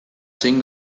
zein